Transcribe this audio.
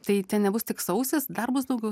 tai ten nebus tik sausis dar bus daugiau